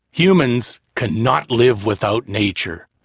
humans cannot live without nature.